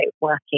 working